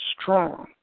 strong